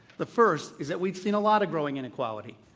the first is that we've seen a lot of growing inequality.